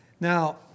Now